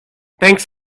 thanks